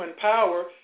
power